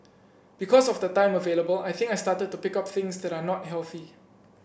because of the time available I think I started to pick up things that are not healthy